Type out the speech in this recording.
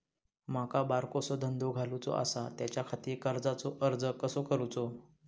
माका बारकोसो धंदो घालुचो आसा त्याच्याखाती कर्जाचो अर्ज कसो करूचो?